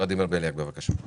ולדימיר בליאק, בבקשה.